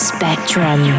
Spectrum